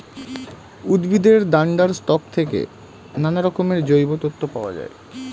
উদ্ভিদের ডান্ডার স্টক থেকে নানারকমের জৈব তন্তু পাওয়া যায়